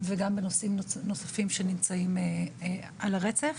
וגם בנושאים נוספים שנמצאים על הרצף.